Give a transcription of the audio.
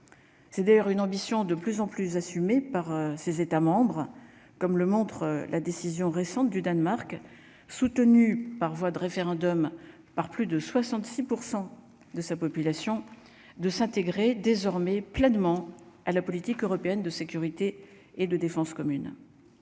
c'est d'ailleurs une ambition de plus en plus assumé par ses États comme le montre la décision récente du Danemark, soutenu par voie de référendum par plus de 66 % de sa population, de s'intégrer désormais pleinement à la politique européenne de sécurité et de défense commune.